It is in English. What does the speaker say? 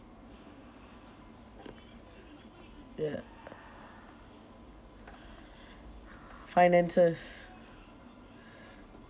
ya finances